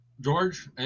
George